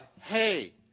hey